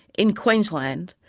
in queensland,